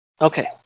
Okay